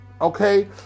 okay